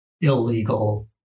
illegal